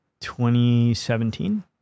2017